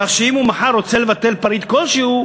כך שאם מחר הוא רוצה לבטל פריט כלשהו,